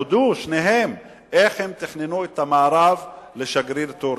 הודו שניהם איך הם תכננו את המארב לשגריר טורקיה,